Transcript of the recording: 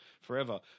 forever